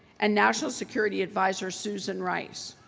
and national security advisor susan rice.